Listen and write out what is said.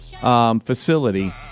facility